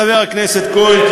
חבר הכנסת כהן,